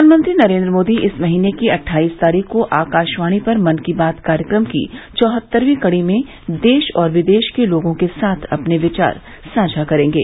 प्रधानमंत्री नरेंद्र मोदी इस महीने की अट्ठाईस तारीख को आकाशवाणी पर मन की बात कार्यक्रम की चौहत्तरवीं कडी में देश और विदेश के लोगों के साथ अपने विचार साझा करेंगे